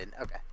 Okay